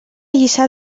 lliçà